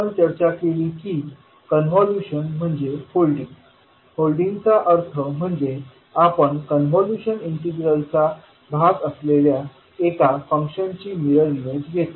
आपण चर्चा केली की कॉन्व्होल्यूशन म्हणजे होल्डिंग होल्डिंग चा अर्थ म्हणजे आपण कॉन्व्होल्यूशन इंटीग्रलचा भाग असेलल्या एका फंक्शनची मिरर इमेज घेतो